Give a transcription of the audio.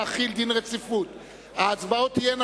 ברשות יושב-ראש הכנסת,